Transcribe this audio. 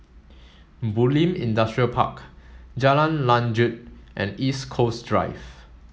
Bulim Industrial Park Jalan Lanjut and East Coast Drive